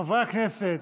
חברי הכנסת,